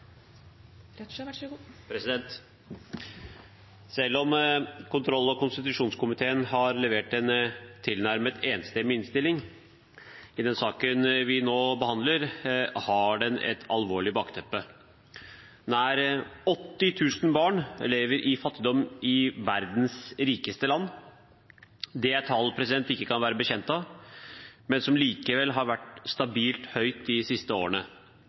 blitt flere. Så her har vi fortsatt en stor og viktig jobb å gjøre sammen. Selv om kontroll- og konstitusjonskomiteen har levert en tilnærmet enstemmig innstilling i den saken vi nå behandler, har den et alvorlig bakteppe. Nær 80 000 barn lever i fattigdom i verdens rikeste land. Det er tall vi ikke kan være bekjent av, men som likevel har vært stabilt